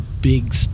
big